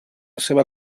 seva